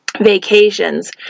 Vacations